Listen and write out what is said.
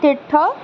তীৰ্থ